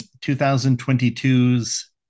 2022's